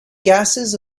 gases